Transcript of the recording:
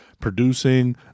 producing